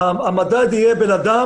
מדובר פה